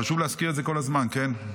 חשוב להזכיר את זה כל הזמן, כן?